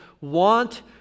want